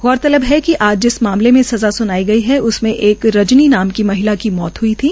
गौरतलब है कि आज जिस मामले मे सज़ा स्नाई गई उसमें एक रजनी नाम की महिला की मौत हई थी